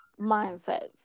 mindsets